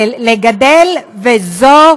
לגדל, וזו